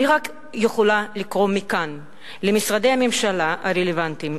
אני רק יכולה לקרוא מכאן למשרדי הממשלה הרלוונטיים,